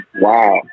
Wow